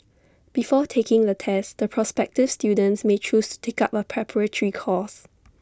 before taking the test the prospective students may choose to take up A preparatory course